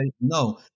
no